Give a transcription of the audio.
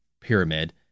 Pyramid